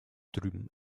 drüben